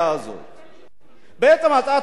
בעצם הצעת החוק מציעה להרחיב